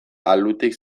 alutik